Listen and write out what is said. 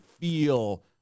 feel